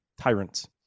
tyrants